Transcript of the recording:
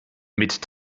mit